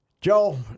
Joe